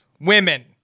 women